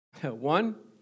One